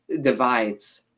divides